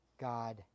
God